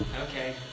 Okay